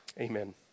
Amen